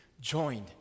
joined